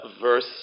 verse